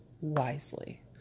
wisely